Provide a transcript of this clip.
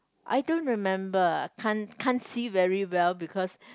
I don't remember can't can't see very well because